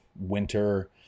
winter